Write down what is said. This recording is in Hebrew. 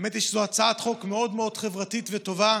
האמת היא שזאת הצעת חוק מאוד חברתית וטובה,